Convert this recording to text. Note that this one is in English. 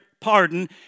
pardon